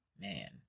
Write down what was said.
man